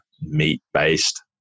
meat-based